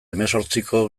hemezortziko